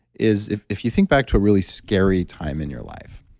is, if if you think back to a really scary time in your life,